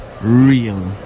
real